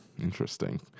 interesting